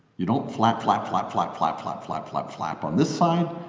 you don't flap flap flap flap flap flap flap flap flap on this side,